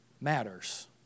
matters